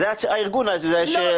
מה --- מה?